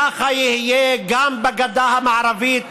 ככה יהיה גם בגדה המערבית.